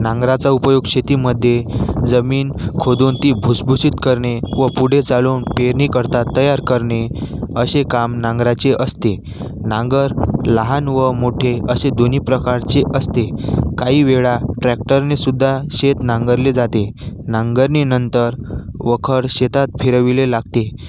नांगराचा उपयोग शेतीमध्ये जमीन खोदून ती भुसभुशीत करणे व पुढे चालवून पेरणीकरता तयार करणे असे काम नांगराचे असते नांगर लहान व मोठे असे दोन्ही प्रकारचे असते काही वेळा ट्रॅक्टरने सुद्धा शेत नांगरले जाते नांगरणीनंतर वखर शेतात फिरविले लागते